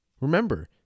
Remember